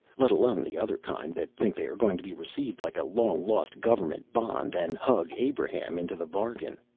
let alone the other kind, that think they are going to be received like a long-lost government bond, and hug abraham into the bargain.